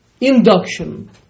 induction